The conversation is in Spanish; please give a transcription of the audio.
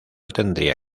tendría